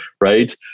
right